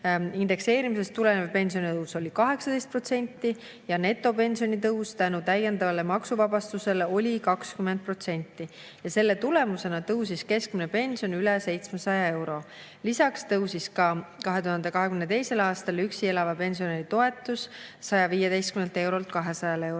Indekseerimisest tulenev pensionitõus oli 18% ja netopensionitõus oli täiendava maksuvabastuse tõttu 20%. Selle tulemusena tõusis keskmine pension üle 700 euro. Lisaks tõusis 2022. aastal üksi elava pensionäri toetus 115 eurolt 200 eurole.